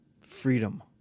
freedom